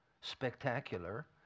spectacular